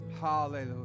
Hallelujah